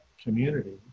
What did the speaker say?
community